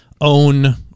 own